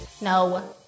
No